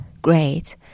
great